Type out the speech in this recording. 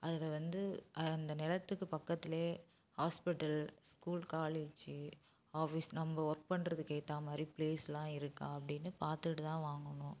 அதில் வந்து அந்த நிலத்துக்கு பக்கத்தில் ஹாஸ்பிட்டல் ஸ்கூல் காலேஜ் ஆஃபிஸ் நம்ம ஒர்க் பண்ணுறதுக்கு ஏற்ற மாதிரி ப்ளேஸ்லாம் இருக்கா அப்படின்னு பார்த்துட்டு தான் வாங்கணும்